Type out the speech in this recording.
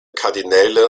kardinäle